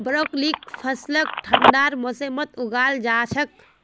ब्रोकलीर फसलक ठंडार मौसमत उगाल जा छेक